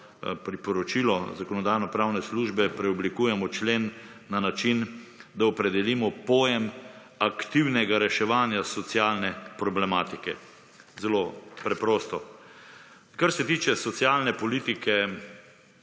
priporočilo Zakonodajno-pravne službe, preoblikujemo člen na način, da opredelimo pojem aktivnega reševanja socialne problematike. Zelo preprosto. Kar se tiče socialne politike,